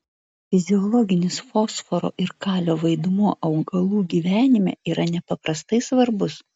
fiziologinis fosforo ir kalio vaidmuo augalų gyvenime yra nepaprastai svarbus